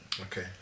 okay